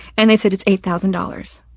and they said it's eight thousand dollars.